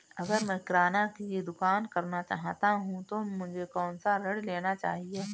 अगर मैं किराना की दुकान करना चाहता हूं तो मुझे कौनसा ऋण लेना चाहिए?